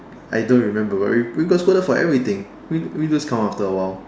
I don't remember but we but we got scolded for everything we we lose count after a while